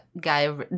guy